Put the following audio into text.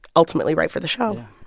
ultimately write for the show yeah